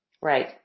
Right